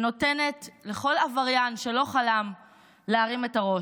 שנותנת לכל עבריין שלא חלם להרים את הראש.